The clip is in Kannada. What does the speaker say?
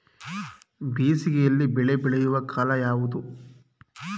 ಬೇಸಿಗೆ ಯಲ್ಲಿ ಬೆಳೆ ಬೆಳೆಯುವ ಕಾಲ ಯಾವುದು?